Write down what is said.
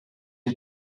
you